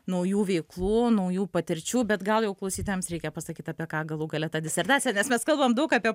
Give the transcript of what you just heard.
naujų veiklų naujų patirčių bet gal jau klausytojams reikia pasakyt apie ką galų gale ta disertacija nes mes kalbam daug apie